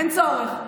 אין צורך,